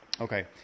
okay